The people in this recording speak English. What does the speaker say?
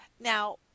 Now